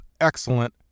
excellent